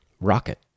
Rocket